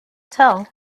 tell